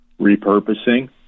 repurposing